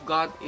God